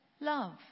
love